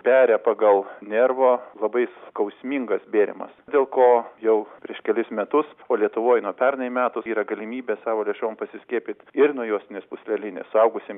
beria pagal nervo labai skausmingas bėrimas dėl ko jau prieš kelis metus o lietuvoj nuo pernai metų yra galimybė savo lėšom pasiskiepyt ir nuo juostinės pūslelinės suaugusiem